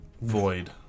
Void